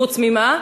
חוץ ממה?